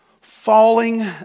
falling